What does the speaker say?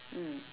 mm